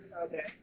Okay